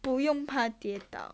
不用怕跌倒